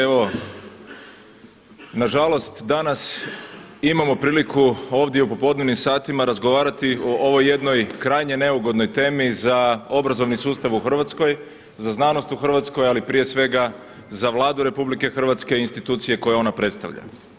Evo nažalost danas imamo priliku ovdje u popodnevnim satima razgovarati o ovoj jednoj krajnje neugodnoj temi za obrazovni sustav u Hrvatskoj, za znanost u Hrvatskoj, ali prije svega za Vladu RH i institucije koje ona predstavlja.